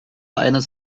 eines